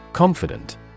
Confident